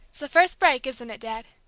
the first break, isn't it, dad?